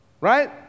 right